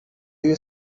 you